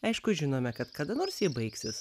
aišku žinome kad kada nors ji baigsis